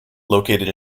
located